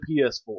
ps4